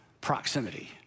proximity